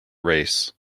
race